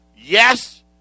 yes